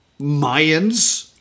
Mayans